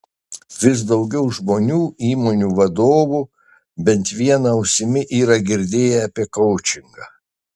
vis daugiau žmonių įmonių vadovų bent viena ausimi yra girdėję apie koučingą